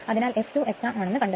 അതായത് f2 എത്ര ആണെന്നു കണ്ടെത്തണം